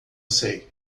sei